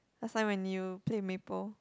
last time I knew play maple